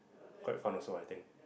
quite fun also I think